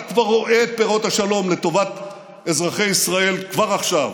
אתה רואה את פירות השלום לטובת אזרחי ישראל כבר עכשיו.